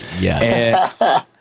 Yes